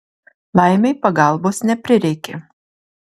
laimei pagalbos neprireikė